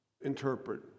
interpret